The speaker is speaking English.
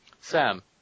Sam